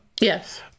yes